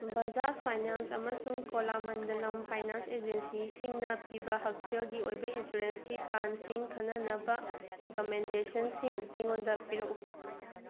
Bajaj finance ꯑꯃꯁꯨꯡ Cholamandalam finance ꯑꯦꯖꯦꯟꯁꯤꯁꯤꯡꯅ ꯄꯤꯕ ꯍꯛꯁꯦꯜꯒꯤ ꯑꯣꯏꯕ ꯏꯟꯁꯨꯔꯦꯟꯁꯀꯤ ꯄ꯭ꯂꯥꯟꯁꯤꯡ ꯈꯟꯅꯅꯕ ꯔꯤꯀꯃꯦꯟꯗꯦꯁꯟꯁꯤꯡ ꯑꯩꯉꯣꯟꯗ ꯄꯤꯔꯛꯎ